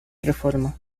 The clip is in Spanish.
reforma